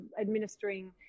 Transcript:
administering